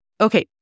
okay